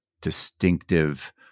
distinctive